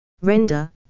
Render